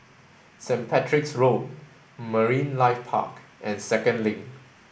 Saint Patrick's Road Marine Life Park and Second Link